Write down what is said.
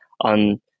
on